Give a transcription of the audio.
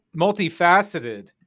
Multifaceted